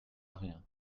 rien